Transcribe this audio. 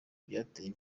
byateye